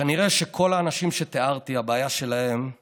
כנראה שכל האנשים שתיארתי, הבעיה שלהם היא